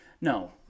no